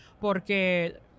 porque